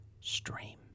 stream